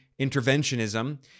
interventionism